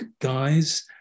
guys